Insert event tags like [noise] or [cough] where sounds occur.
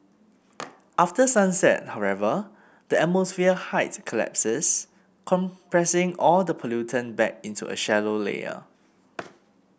[noise] after sunset however the atmosphere height collapses compressing all the pollutant back into a shallow layer [noise]